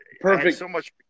Perfect